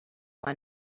one